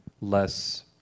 less